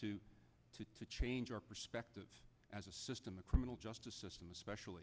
to to change our perspective as a system the criminal justice system especially